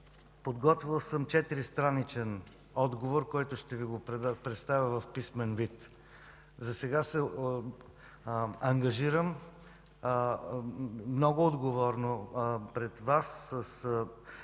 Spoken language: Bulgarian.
подготвил съм 4 страничен отговор, който ще Ви представя в писмен вид. Засега се ангажирам много отговорно пред Вас с